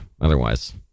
otherwise